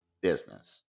business